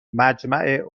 مجمع